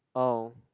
oh